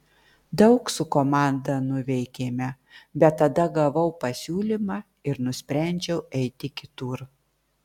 daug su komanda nuveikėme bet tada gavau pasiūlymą ir nusprendžiau eiti kitur